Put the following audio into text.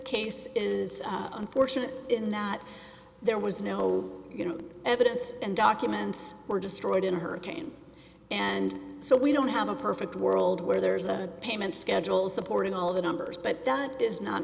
case is unfortunate in that there was no you know evidence and documents were destroyed in a hurricane and so we don't have a perfect world where there's a payment schedules supporting all of the numbers but that is not